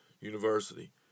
University